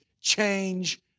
change